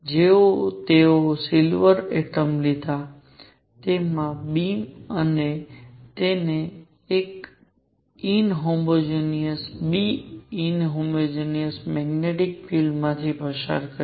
જેમાં તેઓએ silver atom લીધા તેમના બીમ અને તેઓ તેને એક inhomogeneous B inhomogeneous magnetic field માંથી પસાર કર્યા